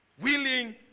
Willing